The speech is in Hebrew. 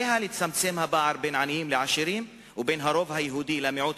עליה לצמצם את הפער בין עניים לעשירים ובין הרוב היהודי למיעוט